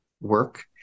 work